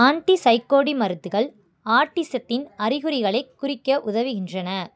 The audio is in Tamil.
ஆன்டிசைகோடி மருந்துகள் ஆட்டிசத்தின் அறிகுறிகளை குறிக்க உதவுகின்றன